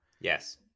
Yes